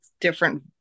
different